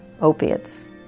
Opiates